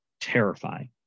terrifying